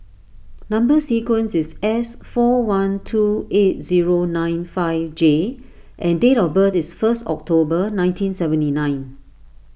Number Sequence is S four one two eight zero nine five J and date of birth is first October nineteen seventy nine